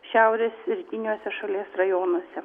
šiaurės rytiniuose šalies rajonuose